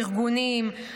ארגונים,